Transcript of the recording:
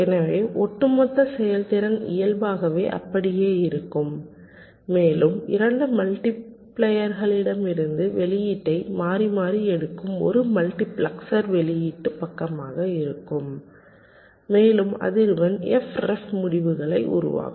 எனவே ஒட்டுமொத்த செயல்திறன் இயல்பாகவே அப்படியே இருக்கும் மேலும் 2 மல்டிபிளையர்களிடமிருந்து வெளியீட்டை மாறி மாறி எடுக்கும் ஒரு மல்டிபிளெக்சர் வெளியீட்டு பக்கமாக இருக்கும் மேலும் அதிர்வெண் f ref முடிவுகளை உருவாக்கும்